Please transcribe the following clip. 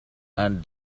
and